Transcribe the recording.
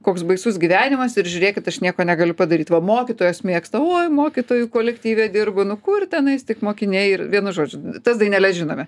koks baisus gyvenimas ir žiūrėkit aš nieko negaliu padaryt va mokytojos mėgsta oi mokytojų kolektyve dirbu nu kur tenais tik mokiniai ir vienu žodžiu tas daineles žinome